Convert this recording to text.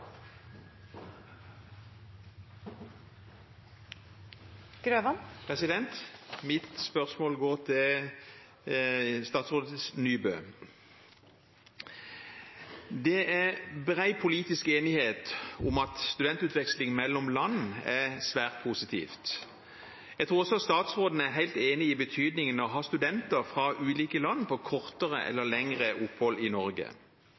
Mitt spørsmål går til statsråd Nybø. Det er bred politisk enighet om at studentutveksling mellom land er svært positivt. Jeg tror også statsråden er helt enig i betydningen av å ha studenter fra ulike land på kortere eller lengre opphold i Norge,